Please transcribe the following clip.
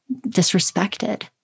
disrespected